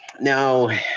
Now